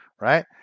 right